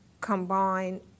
combine